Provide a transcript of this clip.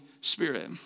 Spirit